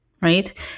right